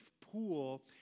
pool